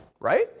right